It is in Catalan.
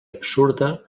absurda